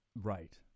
right